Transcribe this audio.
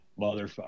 Motherfucker